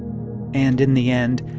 and in the end,